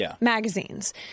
magazines